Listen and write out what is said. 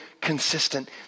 consistent